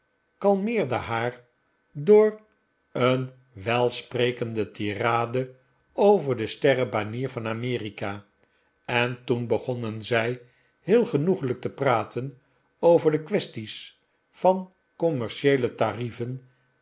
kalmeerde haar door een welsprekende tirade over de sterrenbanier van amerika en toen begonnen zij heel genoeglijk te praten over de quaesties van commercieele tarieven